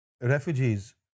refugees